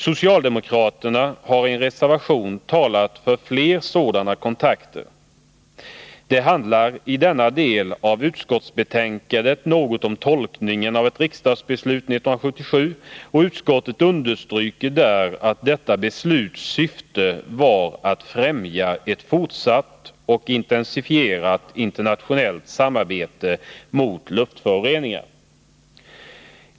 Socialdemokraterna har i en reservation talat för fler sådana kontakter. Det handlar i denna del av utskottsbetänkandet något om tolkningen av ett riksdagsbeslut 1977, och utskottet understryker där att detta besluts syfte var att främja ett fortsatt och intensifierat internationellt samarbete mot luftföroreningar.